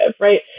right